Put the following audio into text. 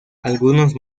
algunos